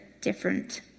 different